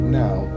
now